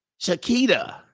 Shakita